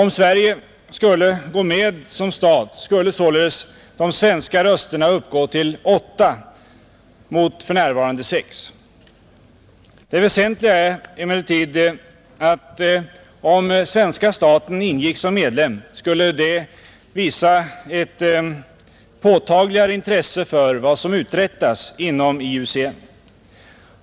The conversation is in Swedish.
Om Sverige som stat skulle gå med, skulle de svenska rösterna utgöra åtta mot för närvarande sex. Det väsentliga är emellertid att om svenska staten ingick som medlem skulle det visa ett påtagligare intresse för vad som uträttas inom IUCN.